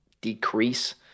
decrease